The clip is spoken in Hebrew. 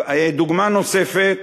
דוגמה נוספת